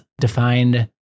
defined